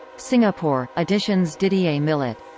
singapore editions didier millet.